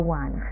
one